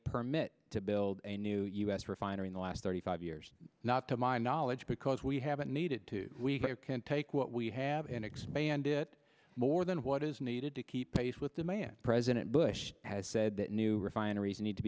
permit to build a new us refinery in the last thirty five years not to my knowledge because we haven't needed to we can take what we have and expand it more than what is needed to keep pace with the man president bush has said that new refineries need to